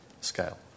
scale